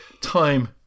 time